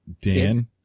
Dan